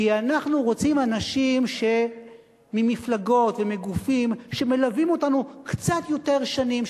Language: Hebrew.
כי אנחנו רוצים אנשים ממפלגות ומגופים שמלווים אותנו קצת יותר שנים,